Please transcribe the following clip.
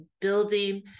building